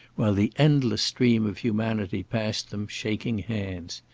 while the endless stream of humanity passed them, shaking hands.